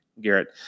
Garrett